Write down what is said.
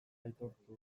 aitortu